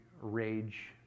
rage